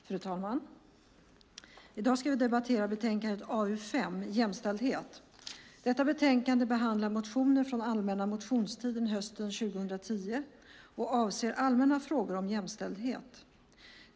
Fru talman! I dag ska vi debattera betänkande AU5, Jämställdhet . Detta betänkande behandlar motioner från den allmänna motionstiden hösten 2010 och avser allmänna frågor om jämställdhet.